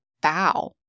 bow